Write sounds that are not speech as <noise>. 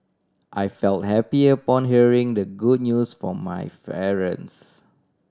I felt happy upon hearing the good news from my <unintelligible>